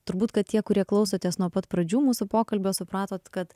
turbūt kad tie kurie klausotės nuo pat pradžių mūsų pokalbio supratot kad